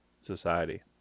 society